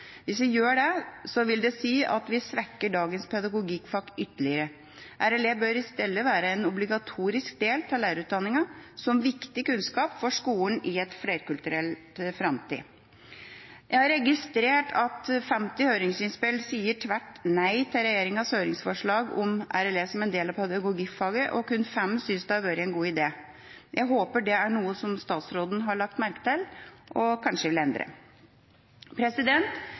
Hvis vi gjør det, vil det si at vi svekker dagens pedagogikkfag ytterligere. RLE bør i stedet være en obligatorisk del av lærerutdanningen som viktig kunnskap for skolen i en flerkulturell framtid. Jeg har registrert at 50 høringsinnspill sier tvert nei til regjeringas høringsforslag om RLE som en del av pedagogikkfaget, og kun fem synes det er en god idé. Jeg håper det er noe statsråden har lagt merke til og kanskje vil endre.